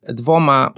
dwoma